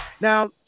Now